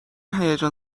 هیجان